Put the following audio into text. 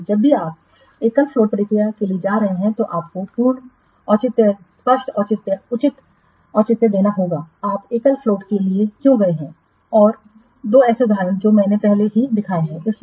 इसलिए जब भी आप एकलफ्लोटप्रक्रिया के लिए जा रहे हैं तो आपको पूर्ण औचित्य स्पष्ट औचित्य उचित औचित्य देना होगा आप एकलफ्लोटके लिए क्यों गए हैं और दो ऐसे उदाहरण जो मैंने पहले ही दिखाए हैं